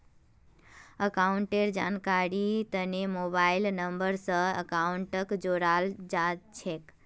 अकाउंटेर जानकारीर तने मोबाइल नम्बर स अकाउंटक जोडाल जा छेक